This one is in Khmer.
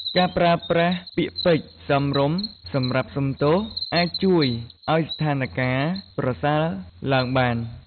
ការប្រើប្រាស់ពាក្យពេចន៍សមរម្យសម្រាប់សូមទោស អាចជួយឱ្យស្ថានការណ៍ប្រសើរឡើងបាន។